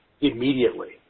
immediately